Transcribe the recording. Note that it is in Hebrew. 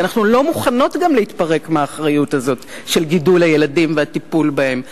כי אנחנו לא מוכנות להתפרק מהאחריות הזאת של גידול הילדים והטיפול בהם.